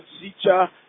teacher